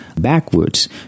backwards